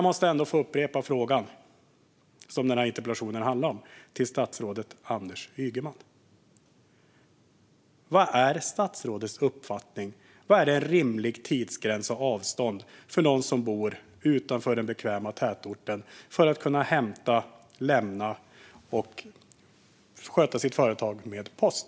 Låt mig få upprepa frågan som denna interpellation handlar om: Vad är enligt statsrådet Anders Ygemans uppfattning en rimlig tidsgräns och avstånd för den som bor utanför den bekväma tätorten för att kunna hämta och lämna brev och paket och kunna sköta sitt företag med post?